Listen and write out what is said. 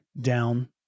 down